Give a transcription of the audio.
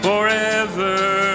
Forever